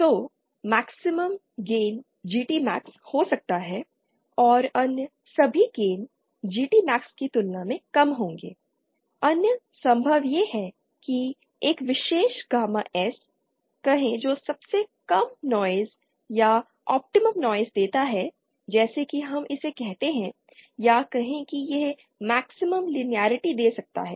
तो maximum gain GT max हो सकता है और अन्य सभी गेन जीटी मैक्स की तुलना में कम होंगे अन्य संभव यह है कि एक विशेष गामा S कहें जो सबसे कम नॉइज़ या ऑप्टिमम नॉइज़ देता है जैसा कि हम इसे कहते हैं या कहें कि यह मैक्सिमम लिनारिटी दे सकता है